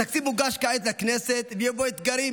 התקציב הוגש כעת לכנסת ויהיו בו אתגרים.